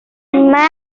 مست